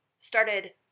started